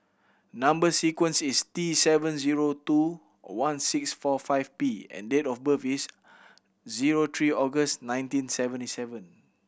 number sequence is T seven zero two one six four five P and date of birth is zero three August nineteen seventy seven